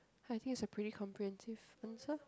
I think is a pretty comprehensive answer